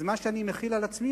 אז מה שאני מחיל על עצמי,